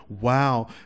Wow